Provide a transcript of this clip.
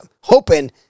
hoping